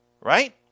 Right